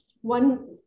one